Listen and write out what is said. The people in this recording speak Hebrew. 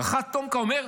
רח"ט תומכ"א אומר: